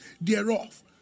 thereof